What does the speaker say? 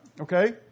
okay